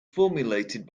formulated